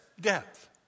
depth